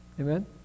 amen